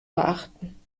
beachten